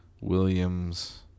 Williams